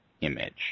image